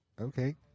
okay